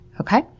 okay